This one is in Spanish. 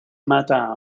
mata